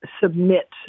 submit